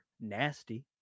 nasty